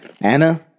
Anna